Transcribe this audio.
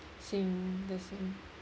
same the same